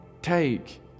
Take